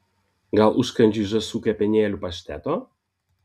gal užkandžiui žąsų kepenėlių pašteto